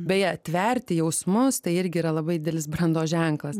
beje tverti jausmus tai irgi yra labai didelis brandos ženklas